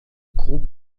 groupe